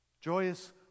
joyous